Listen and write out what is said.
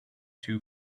too